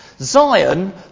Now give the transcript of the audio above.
Zion